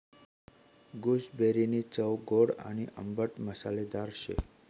गूसबेरीनी चव गोड आणि आंबट मसालेदार शे